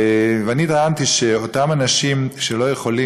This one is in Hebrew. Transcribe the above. אני טענתי שלאותם אנשים שלא יכולים,